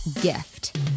gift